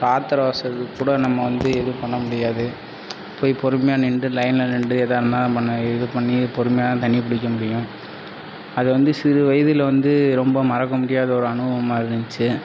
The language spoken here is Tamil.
ஆத்திர அவசரத்துக்குக் கூட நம்ம வந்து ஏதும் பண்ண முடியாது போய் பொறுமையாக நின்று லையனில் நின்று ஏதாருந்தாலும் நம்ம இதுப்பண்ணி பொறுமையாகதான் தண்ணி பிடிக்க முடியும் அது வந்து சிறு வயதில் வந்து ரொம்ப மறக்கமுடியாத ஒரு அனுபவமாக இருந்துச்சு